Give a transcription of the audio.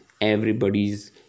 Everybody's